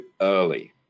early